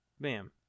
bam